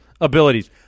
abilities